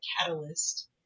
catalyst